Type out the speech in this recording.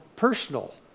personal